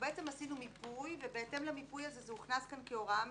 עשינו מיפוי ובהתאם למיפוי הזה זה הוכנס כאן כהוראה מסכמת.